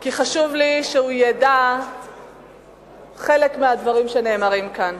כי חשוב לי שהוא ידע חלק מהדברים שנאמרים כאן.